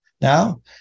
now